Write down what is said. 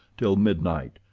till midnight,